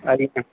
ଆଜ୍ଞା